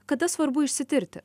kada svarbu išsitirti